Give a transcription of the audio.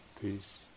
peace